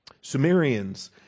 Sumerians